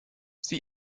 sie